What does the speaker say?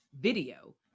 video